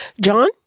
John